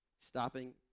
Stopping